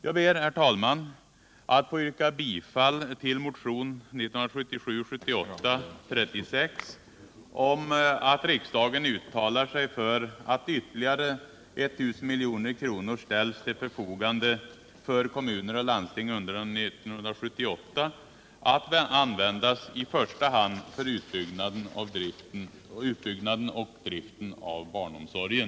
Jag ber, herr talman, att få yrka bifall till motionen 1977/78:36 om att riksdagen uttalar sig för att ytterligare 1000 milj.kr. ställs till förfogande för kommuner och landsting under 1978, att användas i första hand för utbyggnaden och driften av barnomsorgen.